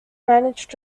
managed